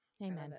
Amen